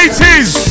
80s